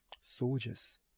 Soldiers